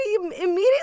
immediately